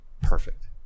Perfect